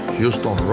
Houston